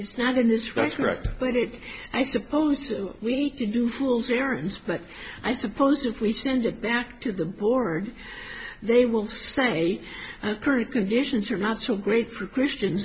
it's not in this respect but it i suppose so we can do fool's errands but i suppose if we send it back to the board they will say and current conditions are not so great for christian